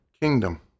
kingdom